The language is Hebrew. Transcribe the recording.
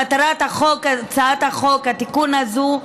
מטרת הצעת החוק, התיקון הזה,